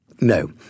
No